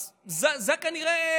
אז כנראה